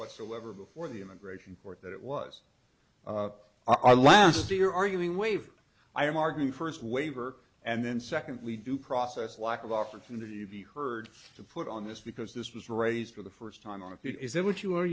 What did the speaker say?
whatsoever before the immigration court that it was our last day you're arguing wave i am arguing first waiver and then secondly due process lack of opportunity to be heard to put on this because this was raised for the first time on is that what you are